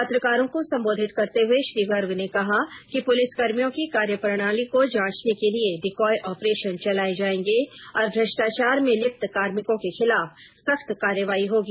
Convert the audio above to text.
पत्रकारों को संबोधित करते हुए श्री गर्ग ने कहा कि पुलिसकर्मियों की कार्यप्रणाली को जांचने के लिए डिकॉय ऑपरेषन चलाये जायेंगे और भ्रष्टाचार में लिप्त कार्मिकों के खिलाफ सख्त कार्रवाही होगी